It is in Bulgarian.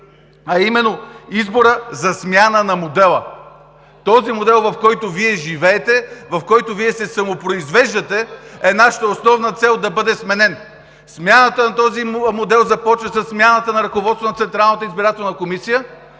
а именно избор за смяна на модела. Този модел, в който Вие живеете, в който се самопроизвеждате, е нашата основна цел да бъде сменен. Смяната на този модел започна със смяната на ръководството на